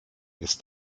ist